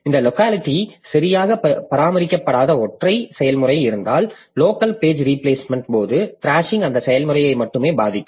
இந்த லோக்காலிட்டி சரியாக பராமரிக்கப்படாத ஒற்றை செயல்முறை இருந்தால் லோக்கல் பேஜ் ரீபிளேஸ்மெண்ட்டின் போது த்ராஷிங் அந்த செயல்முறையை மட்டுமே பாதிக்கும்